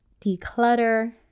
declutter